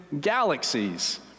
galaxies